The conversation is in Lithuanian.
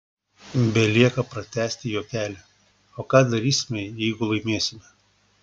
belieka pratęsti juokelį o ką darysime jeigu laimėsime